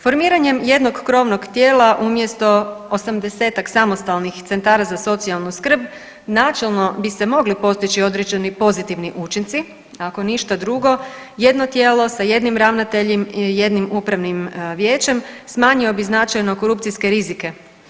Formiranjem jednog krovnog tijela umjesto 80-tak samostalnih centara za socijalnu skrb načelno bi se mogli postići određeni pozitivni učinci, ako ništa drugo jedno tijelo sa jednim ravnateljem i jednim upravnim vijećem smanjio bi značajno korupcijske rizike.